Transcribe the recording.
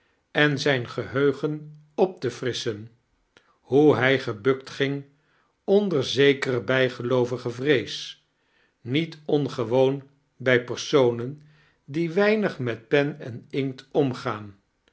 en zijn geheugen op te frisschen hoe hij ge'bukt gang onder zekere bijgeloovige vrees niet ongewoon bij personen die weinig met pen en inkt amgaan